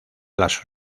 las